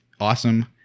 Awesome